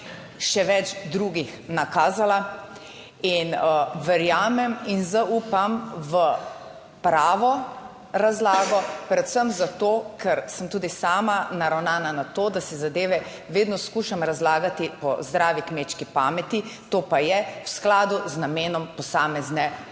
še več drugih nakazala. In verjamem in zaupam v pravo razlago, predvsem zato, ker sem tudi sama naravnana na to, da si zadeve vedno skušam razlagati po zdravi kmečki pameti, to pa je v skladu z namenom posamezne